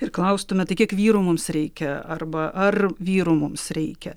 ir klaustume tai kiek vyrų mums reikia arba ar vyrų mums reikia